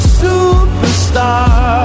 superstar